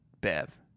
Bev